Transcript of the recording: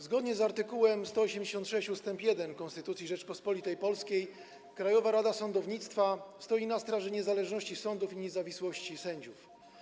Zgodnie z art. 186 ust. 1 Konstytucji Rzeczypospolitej Polskiej Krajowa Rada Sądownictwa stoi na straży niezależności sądów i niezawisłości sędziów.